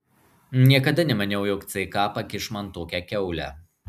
niekada nemaniau jog ck pakiš man tokią kiaulę